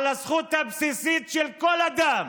על הזכות הבסיסית של כל אדם,